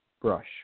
Brush